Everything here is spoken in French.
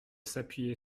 s’appuyer